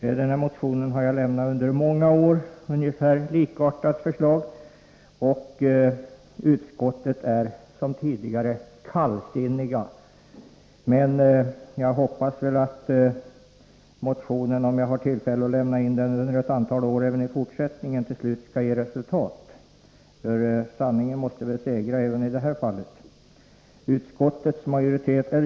En likartad motion har jag lämnat under många år och utskottet är som tidigare kallsinnigt, men jag hoppas att motionen — om jag får tillfälle att lämna in den under ett antal år framöver -— till slut skall ge resultat. För sanningen måste väl segra även i det här fallet.